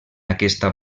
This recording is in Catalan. aquesta